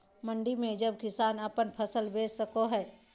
मंडी में सब किसान अपन फसल बेच सको है?